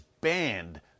banned